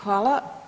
Hvala.